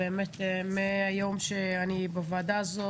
מהיום שאני בוועדה הזאת,